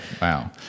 wow